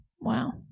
Wow